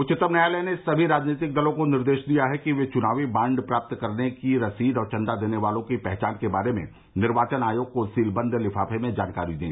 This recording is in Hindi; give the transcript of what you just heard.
उच्चतम न्यायालय ने सभी राजनीतिक दलों को निर्देश दिया है कि वे च्नावी बाँड प्राप्त करने की रसीद और चंदा देने वालों की पहचान के बारे में निर्वाचन आयोग को सीलबंद लिफाफे में जानकारी दें